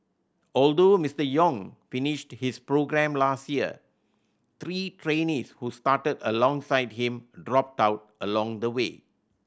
although Mister Yong finished his programme last year three trainees who started alongside him dropped out along the way